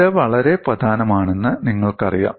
ഇത് വളരെ പ്രധാനമാണെന്ന് നിങ്ങൾക്കറിയാം